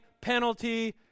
penalty